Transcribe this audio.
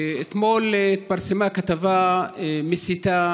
אתמול התפרסמה כתבה מסיתה,